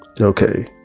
okay